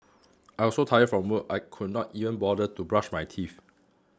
I was so tired from work I could not even bother to brush my teeth